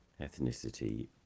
Ethnicity